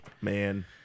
man